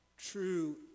true